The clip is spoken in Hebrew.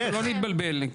לא להתבלבל.